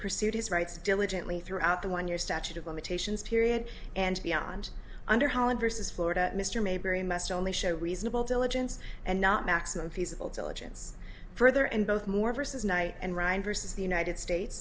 pursued his rights diligently throughout the one year statute of limitations period and beyond under holland versus florida mr mayberry must only show reasonable diligence and not maximum feasible diligence further and both more versus knight and ryan versus the united states